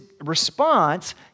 response